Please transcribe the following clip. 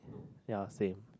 ya same